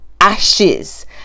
ashes